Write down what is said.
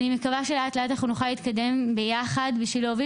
אני מקווה שלאט לאט נוכל להתקדם ביחד בשביל להוביל